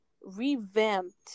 revamped